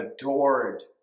adored